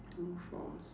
two four